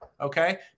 Okay